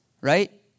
right